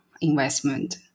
investment